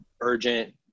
urgent